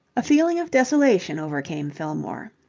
a feeling of desolation overcame fillmore.